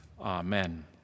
Amen